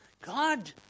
God